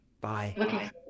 Bye